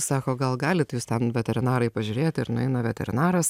sako gal galit jūs ten veterinarai pažiūrėti ir nueina veterinaras